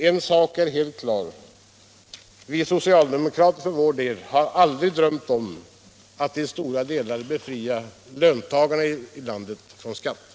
En sak är helt klar: vi socialdemokrater har aldrig drömt om att till stora delar befria löntagarna i landet från skatter.